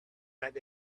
that